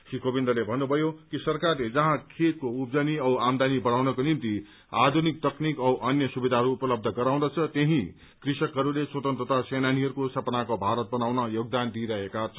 श्री कोविन्दले भन्नुभयो कि सरकारले जहाँ खेतको उप्जनी औ आमदानी बढ़ाउनको निम्ति आधुनिक तकनिक औ अन्य सुविधाहरू उपलघ गराउँदछ त्यही कृषकहरूले स्वतन्त्रत सेनानीहरूको सपनाको भारत बनाउन योगदान दिइरहेका छन्